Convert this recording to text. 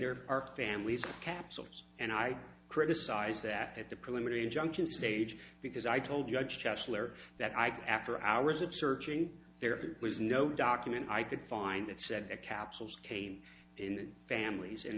there are families capsules and i criticize that at the preliminary injunction stage because i told judge kessler that i could after hours of searching there was no document i could find that said the capsules came in families and